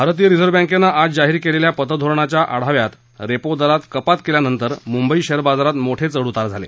भारतीय रिझर्व्ह बॅंकेनं आज जाहीर केलेल्या पतधोरणाच्या आढाव्यात रेपो दरात कपात केल्यानंतर मुंबई शेअर बाजारात मोठे चढउतार झाले